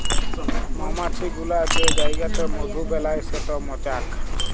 মমাছি গুলা যে জাইগাতে মধু বেলায় সেট মচাক